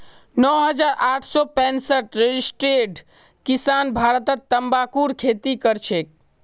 नौ हजार आठ सौ पैंसठ रजिस्टर्ड किसान भारतत तंबाकूर खेती करछेक